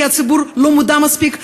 כי הציבור לא מודע מספיק,